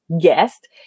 guest